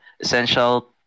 essential